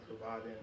providing